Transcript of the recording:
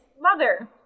Mother